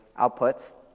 outputs